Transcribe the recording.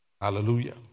Hallelujah